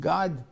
God